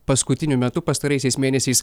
paskutiniu metu pastaraisiais mėnesiais